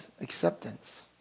acceptance